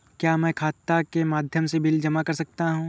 क्या मैं खाता के माध्यम से बिल जमा कर सकता हूँ?